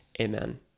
Amen